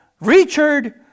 Richard